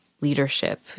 leadership